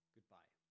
Goodbye